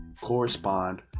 Correspond